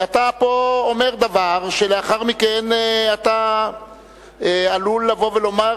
אתה פה אומר דבר שלאחר מכן אתה עלול לבוא ולומר